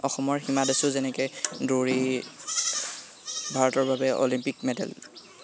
অসমৰ সীমা দাসো যেনেকৈ দৌৰি ভাৰতৰ বাবে অলিম্পিক মেডেল